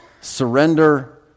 Surrender